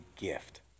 gift